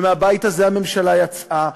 ומהבית הזה הממשלה יצאה,